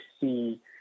see